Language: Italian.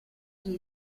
gli